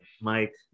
Mike